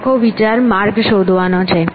આખો વિચાર માર્ગ શોધવાનો છે